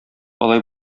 алай